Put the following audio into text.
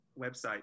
website